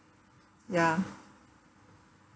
ya